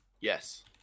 Yes